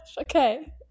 okay